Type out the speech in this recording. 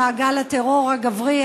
למעגל הטרור הגברי,